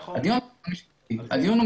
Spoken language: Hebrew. הדיון הוא מקצועי.